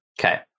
Okay